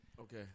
Okay